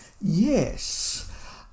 yes